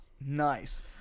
Nice